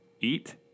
eat